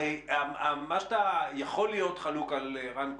הרי מה שאתה יכול להיות חלוק על רן קוניק,